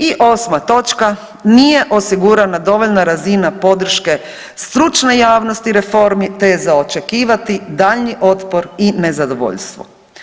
I osma točka, nije osigurana dovoljna razina podrške stručne javnosti reformi, te je za očekivati daljnji otpor i nezadovoljstvo.